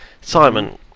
Simon